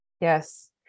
Yes